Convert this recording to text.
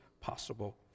possible